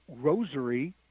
rosary